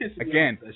again